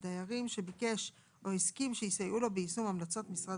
ביקש או הסכים שיסייעו לו ביישום המלצות משרד